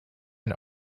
and